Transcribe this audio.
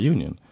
Union